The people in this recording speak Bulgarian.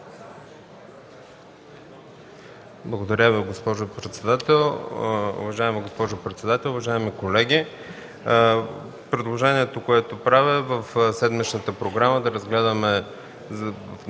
Уважаема госпожо председател, уважаеми колеги! Предложението, което правя – в седмичната програма да разгледаме